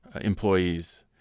employees